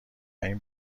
این